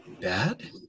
bad